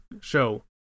show